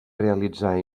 realitzar